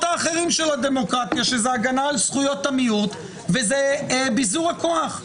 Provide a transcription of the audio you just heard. האחרים של הדמוקרטיה שזאת הגנה על זכויות המיעוט וזה ביזור הכוח.